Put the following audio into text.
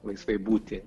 laisvai būti